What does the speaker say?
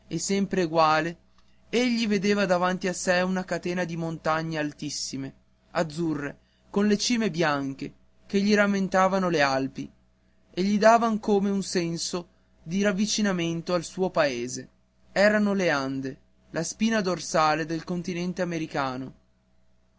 e sempre eguale egli vedeva davanti a sé una catena di montagne altissime azzurre con le cime bianche che gli rammentavano le alpi e gli davan come un senso di ravvicinamento al suo paese erano le ande la spina dorsale del continente americano